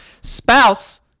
Spouse